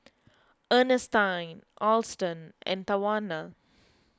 Earnestine Alston and Tawanna